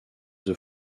the